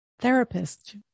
therapist